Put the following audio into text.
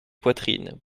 poitrines